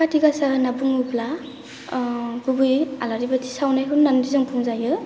खाथि गासा होनना बुङोब्ला गुबैयै आलारि बाथि सावनायखौनो जों होनना बुंजायो